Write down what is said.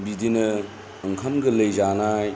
बिदिनो ओंखाम गोरलै जानाय